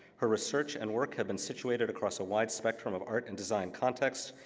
her research and work have been situated across a wide spectrum of art and design contexts,